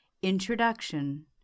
Introduction